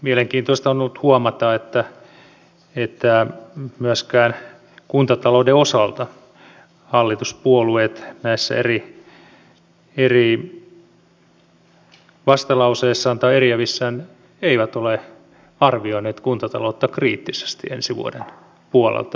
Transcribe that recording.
mielenkiintoista on ollut huomata että myöskään kuntatalouden osalta puolueet näissä eri vastalauseissaan tai eriävissään eivät ole arvioineet kuntataloutta kriittisesti ensi vuoden puolelta